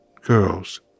girls